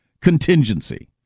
contingency